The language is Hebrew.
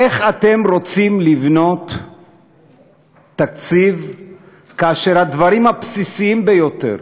איך אתם רוצים לבנות תקציב כאשר הדברים הבסיסיים ביותר,